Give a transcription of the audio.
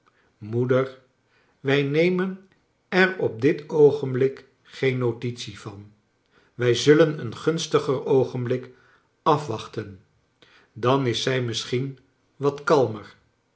moeder wij nemen er op dit oogenblik geen notitie van wij zullen een gunstiger oogenblik afwachten dan is zij misschien wat kalrner